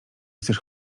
chcesz